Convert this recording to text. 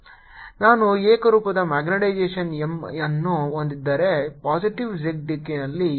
Binside0 Bapplied Binduced ನಾನು ಏಕರೂಪದ magnetisation M ಅನ್ನು ಹೊಂದಿದ್ದರೆ ಪಾಸಿಟಿವ್ z ದಿಕ್ಕಿನಲ್ಲಿ ಹೇಳೋಣ